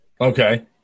Okay